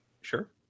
Sure